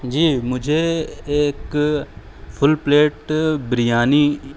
جی مجھے ایک full plate biryani